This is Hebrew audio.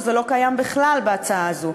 שזה לא קיים בכלל בהצעה הזאת,